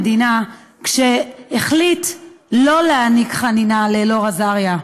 המדינה כשהחליט שלא להעניק חנינה לאלאור אזריה.